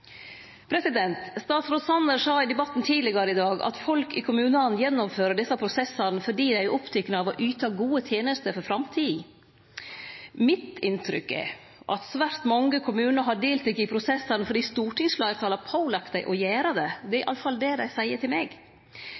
Statsråd Sanner sa i debatten tidlegare i dag at folk i kommunane gjennomfører desse prosessane fordi dei er opptekne av å yte gode tenester for framtida. Inntrykket mitt er at svært mange kommunar har delteke i prosessane fordi stortingsfleirtalet har pålagt dei å gjere det. Det er iallfall det dei seier til meg.